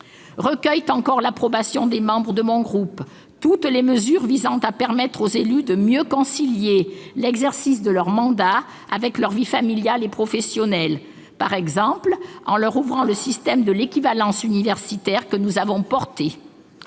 Recueillent encore l'approbation des membres de mon groupe toutes les mesures visant à permettre aux élus de mieux concilier l'exercice de leur mandat avec leur vie familiale et professionnelle. Je pense, par exemple, à l'ouverture à leur profit du système de l'équivalence universitaire, que nous avons